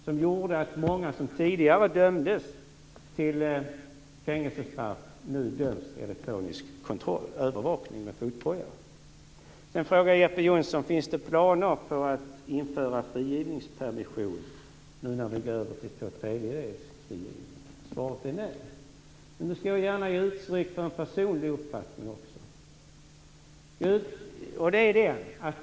Det gjorde att många som tidigare dömdes till fängelsestraff nu döms till elektronisk övervakning med fotboja. Jeppe Johnsson frågar om det finns planer på att införa frigivningspermission när vi nu går över till två tredjedelsfrigivning. Svaret är nej. Jag skall gärna ge uttryck för en personlig uppfattning också.